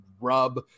rub